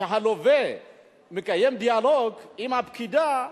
כשהלווה מקיים דיאלוג עם הפקידה,